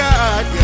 God